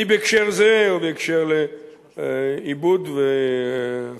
בהקשר זה או בהקשר לעיבוד וחזקה,